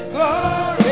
Glory